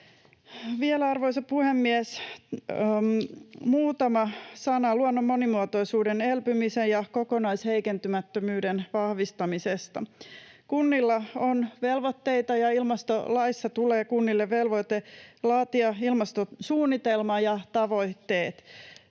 Arvoisa puhemies! Vielä muutama sana luonnon monimuotoisuuden, elpymisen ja kokonaisheikentymättömyyden vahvistamisesta. Kunnilla on velvoitteita ja ilmastolaissa tulee kunnille velvoite laatia ilmastosuunnitelma ja -tavoitteet.